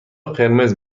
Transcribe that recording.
قرمز